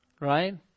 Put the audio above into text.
Right